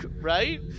right